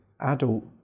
adult